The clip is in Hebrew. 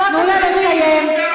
תנו לה לסיים.